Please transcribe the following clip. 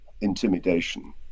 intimidation